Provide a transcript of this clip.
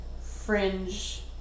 fringe